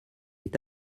est